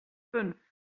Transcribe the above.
fünf